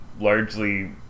largely